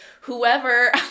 whoever